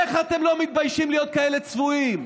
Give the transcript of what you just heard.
איך אתם לא מתביישים להיות כאלה צבועים.